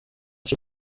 cyo